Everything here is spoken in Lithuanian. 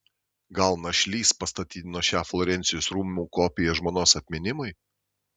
gal našlys pastatydino šią florencijos rūmų kopiją žmonos atminimui